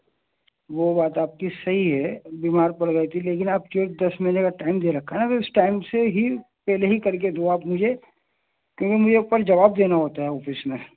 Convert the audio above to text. وہ بات آپ کی صحیح ہے بیمار پڑ گئی تھی لیکن آپ کی دس مہینے کا ٹائم دے رکھا نا اس ٹائم سے ہی پہلے ہی کر کے دو آپ مجھے کیونکہ مجھے اوپر جواب دینا ہوتا ہے آفس میں